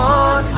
on